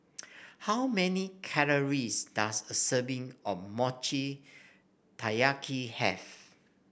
how many calories does a serving of Mochi Taiyaki have